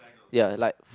ya like